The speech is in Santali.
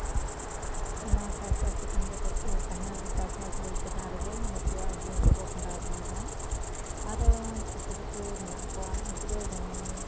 ᱟᱨ ᱱᱚᱣᱟ ᱪᱮᱛᱟᱱ ᱠᱟᱛᱮ ᱛᱟᱦᱮᱸ ᱪᱟᱥᱵᱟᱥ ᱨᱮ ᱪᱮᱛᱟᱱ ᱨᱮᱜᱮ ᱱᱩᱠᱩᱣᱟᱜ ᱡᱤᱭᱚᱱ ᱠᱚᱠᱚ ᱠᱷᱟᱸᱰᱟᱣ ᱤᱫᱤᱭᱮᱫᱟ ᱟᱨᱚ ᱠᱤᱪᱷᱩ ᱠᱤᱪᱷᱩ ᱢᱮᱱᱟᱜ ᱠᱚᱣᱟ ᱩᱱᱠᱩ ᱫᱚ ᱡᱮᱢᱚᱱ